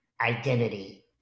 identity